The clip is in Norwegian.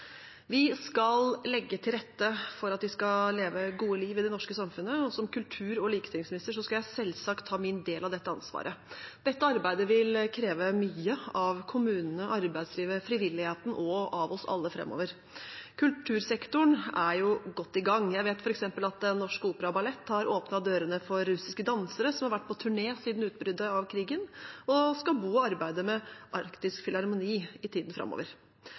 Vi skal legge til rette for at de skal leve gode liv i det norske samfunnet, og som kultur- og likestillingsminister skal jeg selvsagt ta min del av det ansvaret. Dette arbeidet vil kreve mye av kommunene, arbeidslivet, frivilligheten og av oss alle framover. Kultursektoren er godt i gang. Jeg vet f.eks. at Den Norske Opera & Ballett har åpnet dørene for russiske dansere som har vært på turné siden utbruddet av krigen, og at et ukrainsk ensemble, Kyiv Soloists, skal bo og arbeide med Arktisk Filharmoni i tiden framover.